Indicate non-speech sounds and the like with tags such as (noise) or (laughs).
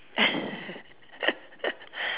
(laughs)